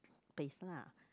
paste lah